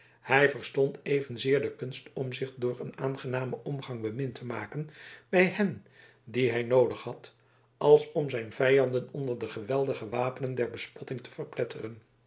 hij verstond evenzeer de kunst om zich door een aangenamen omgang bemind te maken bij hen die hij noodig had als om zijn vijanden onder de geweldige wapenen der bespotting te verpletteren